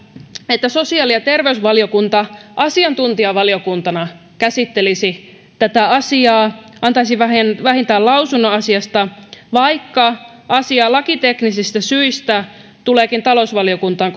että sosiaali ja terveysvaliokunta asiantuntijavaliokuntana käsittelisi tätä asiaa antaisi vähintään vähintään lausunnon asiasta vaikka asia lakiteknisistä syistä tuleekin talousvaliokuntaan